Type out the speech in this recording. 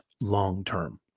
long-term